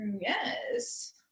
Yes